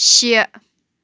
شےٚ